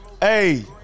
hey